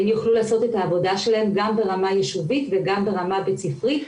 הם יוכלו לעשות את העבודה שלהם גם ברמה יישובית וגם ברמה בית-ספרית,